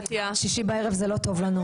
שישי בערב לא טוב לנו.